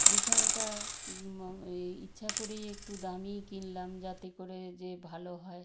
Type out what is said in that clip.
বিছানাটা ইচ্ছা করেই একটু দামিই কিনলাম যাতে করে যে ভালো হয়